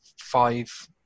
five